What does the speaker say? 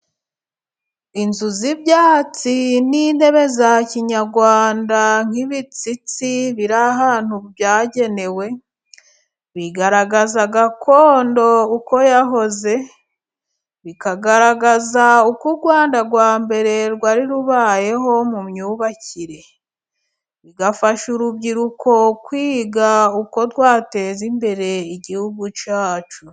Inzu z'ibyatsi n'intebe za kinyarwanda nk'ibitsitsi biri ahantu byagenewe bigaragaza gakondo uko yahoze, bikagaragaza uko u Rwanda rwa mbere rwari rubayeho mu myubakire, bigafasha urubyiruko kwiga uko twateza imbere igihugu cyacu.